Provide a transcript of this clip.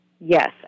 Yes